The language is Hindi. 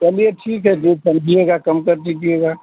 चलिए ठीक है जो समझिएगा कम कर दीजिएगा